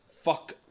Fuck